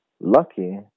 Lucky